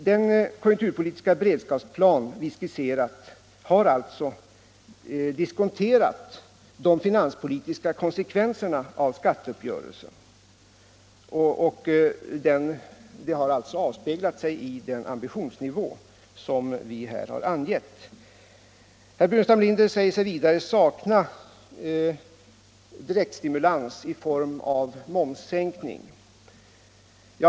Den konjunkturpolitiska beredskapsplan som vi skisserat har alltså diskonterat de finanspolitiska konsekvenserna av skatteuppgörelsen, och det har alltså avspeglats i den ambitionsnivå som vi har angivit. Herr Burenstam Linder säger sig vidare sakna direktstimulans i form av momssänkning.